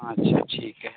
ᱟᱪᱪᱷᱟ ᱴᱷᱤᱠ ᱜᱮᱭᱟ